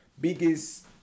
biggest